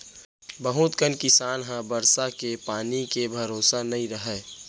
बहुत कन किसान ह बरसा के पानी के भरोसा नइ रहय